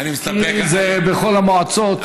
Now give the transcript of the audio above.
כי זה בכל המועצות,